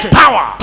power